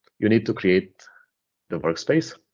you need to create the workspace.